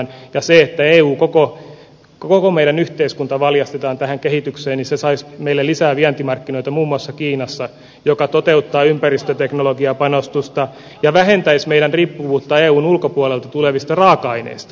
se että eu koko meidän yhteiskuntamme valjastetaan tähän kehitykseen saisi meille lisää vientimarkkinoita muun muassa kiinasta joka toteuttaa ympäristöteknologiapanostusta ja vähentäisi meidän riippuvuuttamme eun ulkopuolelta tulevista raaka aineista